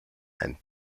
and